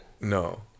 no